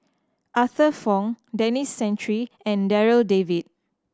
Arthur Fong Denis Santry and Darryl David